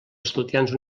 estudiants